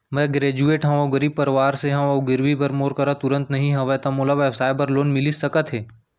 मैं ग्रेजुएट हव अऊ गरीब परवार से हव अऊ गिरवी बर मोर करा तुरंत नहीं हवय त मोला व्यवसाय बर लोन मिलिस सकथे?